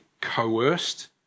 coerced